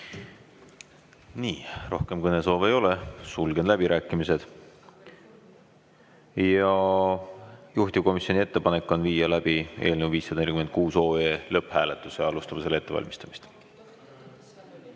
Aitäh! Rohkem kõnesoove ei ole, sulgen läbirääkimised. Juhtivkomisjoni ettepanek on viia läbi eelnõu 546 lõpphääletus. Alustame selle ettevalmistamist.